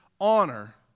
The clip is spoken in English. honor